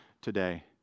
today